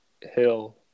Hill